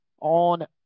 on